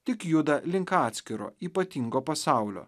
tik juda link atskiro ypatingo pasaulio